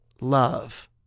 love